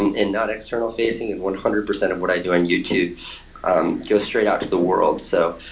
and and not external facing. and one hundred percent of what i do on youtube um goes straight out to the world. so,